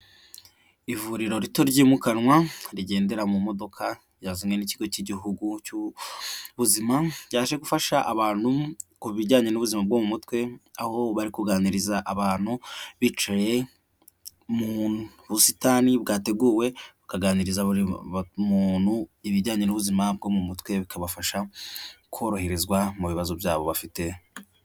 Ivuriro rito ryimukanwa rigendera mu modoka ryazanywe n'ikigo cy'igihugu cy'ubuzima, ryaje gufasha abantu ku bijyanye n'ubuzima bwo mu mutwe, aho bari kuganiriza abantu bicaye mu busitani bwateguwe, bakaganiriza buri muntu ibijyanye n'ubuzima bwo mu mutwe, bikabafasha koroherezwa mu bibazo byabo bafite.